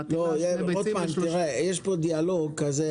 מטילה שתי ביצים --- ויתרתי על השאלה.